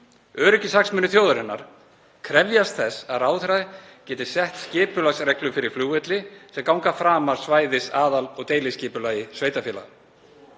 Öryggishagsmunir þjóðarinnar krefjast þess að ráðherra geti sett skipulagsreglur fyrir flugvelli sem ganga framar svæðis-, aðal- og deiliskipulagi sveitarfélaga.